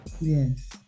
Yes